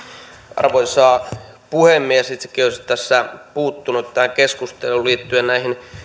arvoisa puhemies itsekin olisin puuttunut tähän keskusteluun liittyen näihin